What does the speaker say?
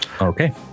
okay